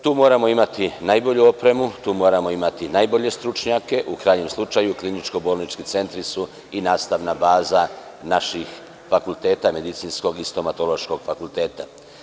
Tu moramo imati najbolju opremu, tu moramo imati najbolje stručnjake, u krajnjem slučaju kliničko-bolnički centri su i nastavna baza naših fakulteta Medicinskog i Stomatološkog fakulteta.